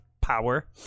power